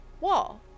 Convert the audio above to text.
wall